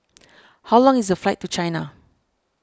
how long is the flight to China